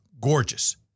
gorgeous